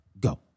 go